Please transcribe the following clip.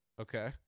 Okay